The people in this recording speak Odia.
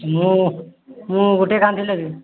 ମୁଁ ମୁଁ ଗୋଟେ ଖାନ୍ଦୀ ନେବି